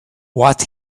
what